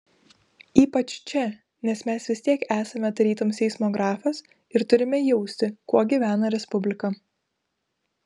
ypač čia nes mes vis tiek esame tarytum seismografas ir turime jausti kuo gyvena respublika